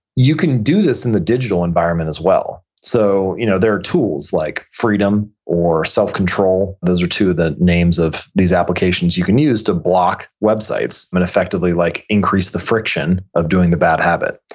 you can do this in the digital environment as well. so you know there are tools like freedom or self control, those are two of the names of these applications you can use to block web sites, and effectively like increase the friction of doing the bad habit.